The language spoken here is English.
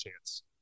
chance